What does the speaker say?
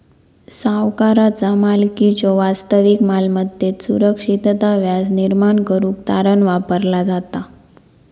सावकाराचा मालकीच्यो वास्तविक मालमत्तेत सुरक्षितता व्याज निर्माण करुक तारण वापरला जाता